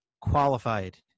qualified